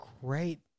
great